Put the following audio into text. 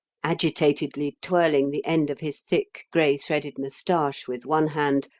agitatedly twirling the end of his thick grey-threaded moustache with one hand,